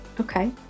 Okay